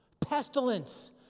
pestilence